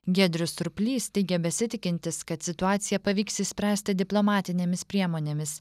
giedrius surplys teigia besitikintis kad situaciją pavyks išspręsti diplomatinėmis priemonėmis